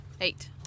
eight